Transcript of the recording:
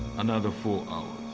another four hours.